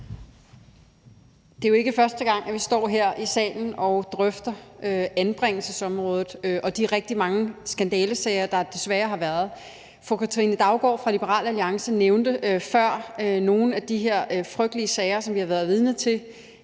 Det er jo ikke første gang, at vi står her i salen og drøfter anbringelsesområdet og de rigtig mange skandalesager, der desværre har været. Fru Katrine Daugaard fra Liberal Alliance nævnte før nogle af de her frygtelige sager, som vi har været vidne til.